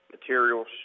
Materials